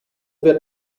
wird